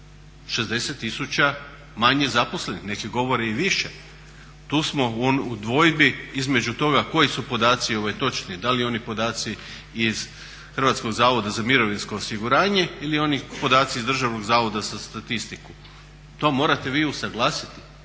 tisuća manje zaposlenih, neki govore i više. Tu smo u dvojbi između toga koji su podaci točni, da li oni podaci iz HZMO-a ili oni podaci iz Državnog zavoda za statistiku. To morate vi usuglasiti,